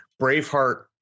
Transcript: Braveheart